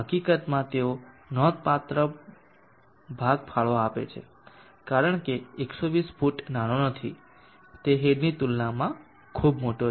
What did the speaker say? હકીકતમાં તેઓ નોંધપાત્ર ભાગ ફાળો આપે છે કારણ કે 120 ફુટ નાનો નથી તે હેડની તુલનામાં ખૂબ મોટો છે